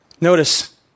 Notice